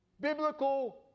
Biblical